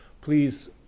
Please